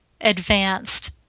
advanced